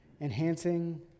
enhancing